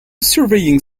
surveying